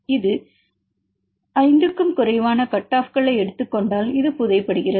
இது 5 க்கும் குறைவான கட் ஆஃப்களை எடுத்துக் கொண்டால் இது புதை படுகிறது